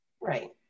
right